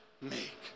make